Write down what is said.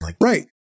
Right